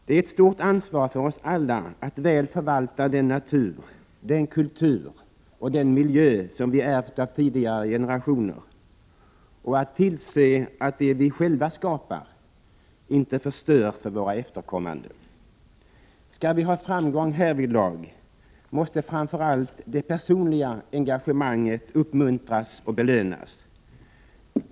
Det är ett stort ansvar för oss alla att väl förvalta den natur, den kultur och den miljö som vi ärvt av tidigare generationer och att tillse att det vi själva skapar inte förstör för våra efterkommande. Skall vi ha framgång härvidlag måste framför allt det personliga engagemanget uppmuntras och belönas.